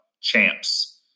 champs